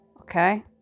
okay